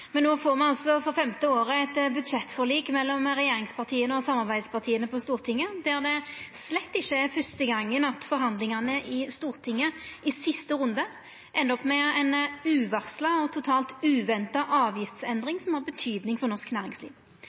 Men no får me altså – på femte året – eit budsjettforlik mellom regjeringspartia og samarbeidspartia på Stortinget der det slett ikkje er første gongen at forhandlingane i Stortinget i siste runde endar opp med ei uvarsla og totalt uventa avgiftsendring som har betyding for norsk næringsliv.